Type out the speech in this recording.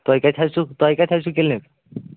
تۄہہِ کَتہِ حظ چھِو تۄہہِ کَتہِ حظ چھِو کِلنِک